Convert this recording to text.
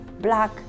black